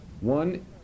One